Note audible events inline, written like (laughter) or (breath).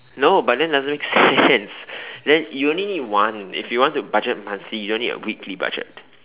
no but then that doesn't make sense (breath) then you only need one if you want to budget monthly you don't need a weekly budget